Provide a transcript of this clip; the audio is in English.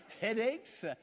headaches